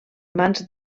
mans